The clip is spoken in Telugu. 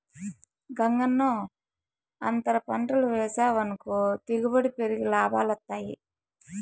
గంగన్నో, అంతర పంటలు వేసావనుకో దిగుబడి పెరిగి లాభాలొస్తాయి